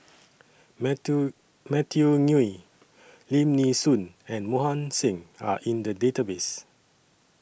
Matthew Matthew Ngui Lim Nee Soon and Mohan Singh Are in The Database